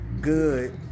good